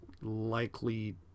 likely